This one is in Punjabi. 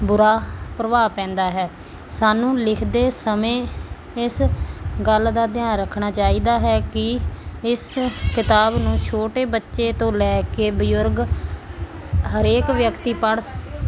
ਬੁਰਾ ਪ੍ਰਭਾਵ ਪੈਂਦਾ ਹੈ ਸਾਨੂੰ ਲਿਖਦੇ ਸਮੇਂ ਇਸ ਗੱਲ ਦਾ ਧਿਆਨ ਰੱਖਣਾ ਚਾਹੀਦਾ ਹੈ ਕਿ ਇਸ ਕਿਤਾਬ ਨੂੰ ਛੋਟੇ ਬੱਚੇ ਤੋਂ ਲੈ ਕੇ ਬਜ਼ੁਰਗ ਹਰੇਕ ਵਿਅਕਤੀ ਪੜ੍ਹ ਸ